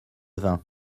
vin